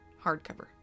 hardcover